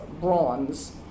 bronze